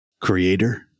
Creator